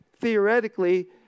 Theoretically